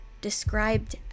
Described